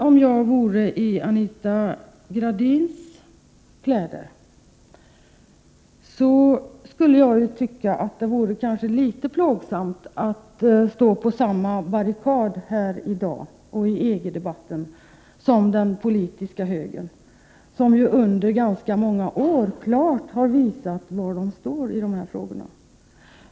Om jag vore i Anita Gradins kläder, skulle jag nog tycka att det var litet plågsamt att stå på samma barrikad i EG-debatten som den politiska högern, som ju under ganska många år klart har visat var den står i de här frågorna.